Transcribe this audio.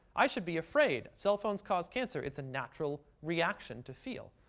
i should be afraid. cell phones cause cancer. it's a natural reaction to feel.